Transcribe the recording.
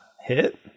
hit